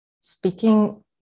speaking